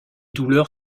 douleurs